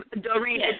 Doreen